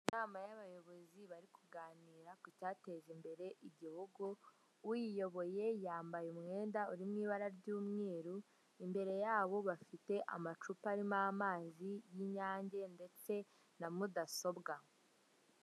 Inama y'abayobozi bari kuganira ku cyateza imbere igihugu, uyiyoboye yambaye umwenda uri mu ibara ry'umweru, imbere yabo bafite amacupa arimo amazi y'inyange ndetse na mudasobwa.